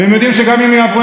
והם יודעים שגם אם הם יעברו,